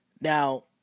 Now